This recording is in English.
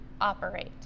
operate